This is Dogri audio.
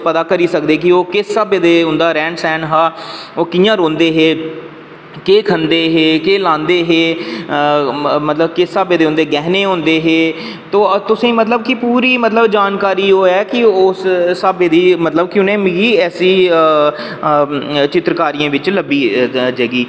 पता करी सकदे कि किस स्हाबै दा उंदा रैह्न सैह्न हा ओह् कियां रौहंदे हे केह् खंदे हे केह् लांदे हे मतलब किस स्हाबै दे उंदे गैह्ने होंदे हे ते तुसें ई मतलब पूरी की जानकारी होऐ कि उस स्हाबै दी उनें मतलब मिगी ऐसी चित्रकारियें च लब्भी ऐसी